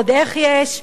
ועוד איך יש,